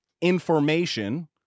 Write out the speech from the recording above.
information